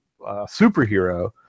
superhero